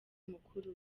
mukuru